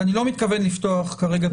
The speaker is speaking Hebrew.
אני לא מתכוון לפתוח כרגע את הדיון.